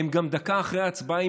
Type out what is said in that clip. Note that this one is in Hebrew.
והם גם דקה אחרי ההצבעה,